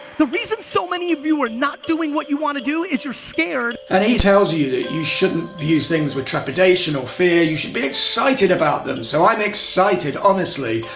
the reason so many of you are not doing what you want to do is you're scared and he tells you you that you shouldn't view things with trepidation or fear, you should be excited about them. so i'm excited, honestly,